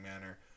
manner